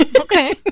okay